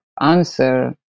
answer